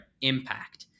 impact